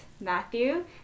matthew